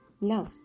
no